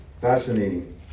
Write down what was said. fascinating